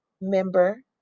member